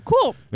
Cool